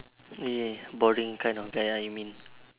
ya boring kind of guy ah you mean